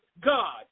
God